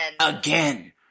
Again